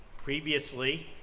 previously,